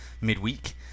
midweek